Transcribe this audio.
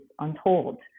untold